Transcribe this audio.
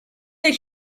that